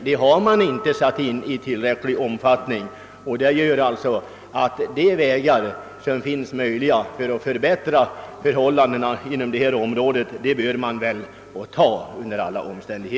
Detta gör att man under alla omständigheter bör begagna de utvägar som är möjliga för att förbättra förhållandena inom detta område.